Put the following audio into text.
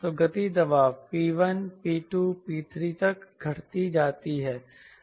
तो गति दबाव P1 P2P3 तक घटती जाती है